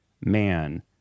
man